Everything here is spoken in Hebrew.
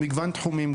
על מגוון תחומים,